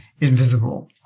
invisible